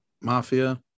Mafia